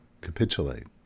capitulate